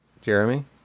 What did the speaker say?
Jeremy